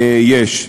יש.